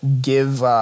give